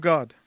God